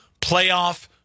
playoff